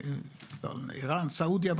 סעודיה,